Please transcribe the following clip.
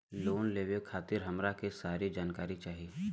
Loan लेवे खातीर हमरा के सारी जानकारी चाही?